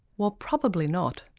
well probably not.